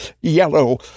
yellow